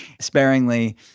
sparingly